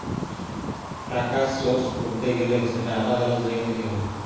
টাকার সোর্স করতে গেলে সেটা আলাদা আলাদা জায়গা থেকে হয়